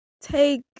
take